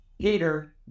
Peter